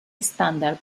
estándar